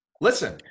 Listen